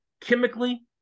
chemically